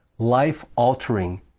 life-altering